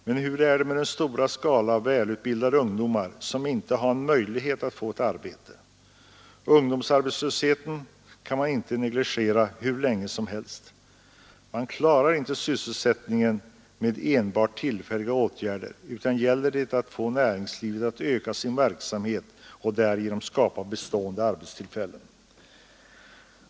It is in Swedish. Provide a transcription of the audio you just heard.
Men hur är det med den stora skara välutbildade ungdomar som inte har en möjlighet att få ett arbete? Ungdomsarbetslösheten kan man inte negligera hur länge som helst. Man klarar inte sysselsättningen med enbart tillfälliga åtgärder, utan det gäller att få näringslivet att öka sin verksamhet och därigenom skapa bestående arbetstillfällen.